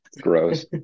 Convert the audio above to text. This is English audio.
Gross